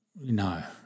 no